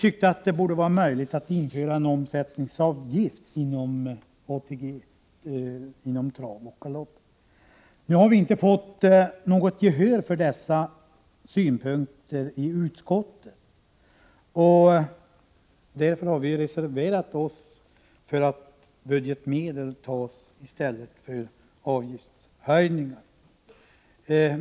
Det borde vara möjligt att införa en omsättningsavgift inom trav och galopp. Nu har vi inte fått något gehör för dessa synpunkter i utskottet. Därför har vi reserverat oss för att budgetmedel skall tas i anspråk i stället för att man skall göra avgiftshöjningar.